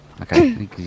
Okay